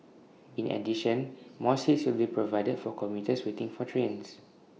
in addition more seats will be provided for commuters waiting for trains